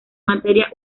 materia